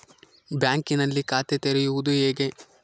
ಬ್ಯಾಂಕಿನಲ್ಲಿ ಖಾತೆ ತೆರೆಯುವುದು ಹೇಗೆ?